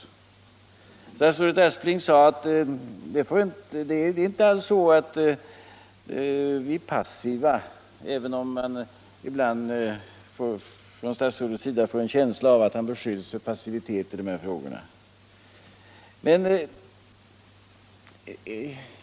Statsrådet Aspling sade att det inte alls är så att han är passiv, även om statsrådet ibland får en känsta av att han beskylls för passivitet i dessa frågor.